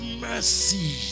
mercy